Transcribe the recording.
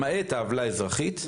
למעט העוולה האזרחית,